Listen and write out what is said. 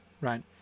right